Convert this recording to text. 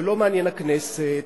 ולא מעניין הכנסת,